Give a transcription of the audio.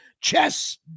chess